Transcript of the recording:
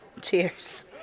Cheers